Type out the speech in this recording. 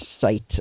site